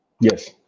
Yes